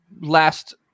last